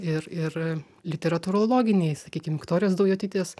ir ir literatūrologiniai sakykim viktorijos daujotytės